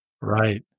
Right